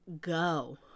go